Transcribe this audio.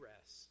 rest